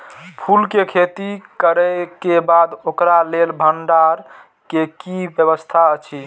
फूल के खेती करे के बाद ओकरा लेल भण्डार क कि व्यवस्था अछि?